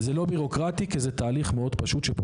אבל גם בימים כתיקונם, כשאנחנו